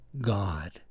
God